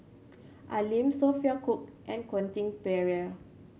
Al Lim Sophia Cooke and Quentin Pereira